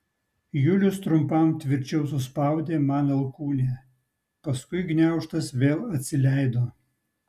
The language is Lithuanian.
julius trumpam tvirčiau suspaudė man alkūnę paskui gniaužtas vėl atsileido